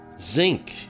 Zinc